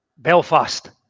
Belfast